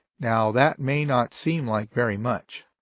now that may not seem like very much.